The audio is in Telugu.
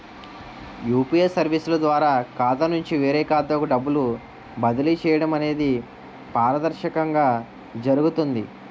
యూపీఏ సర్వీసుల ద్వారా ఖాతా నుంచి వేరే ఖాతాకు డబ్బులు బదిలీ చేయడం అనేది పారదర్శకంగా జరుగుతుంది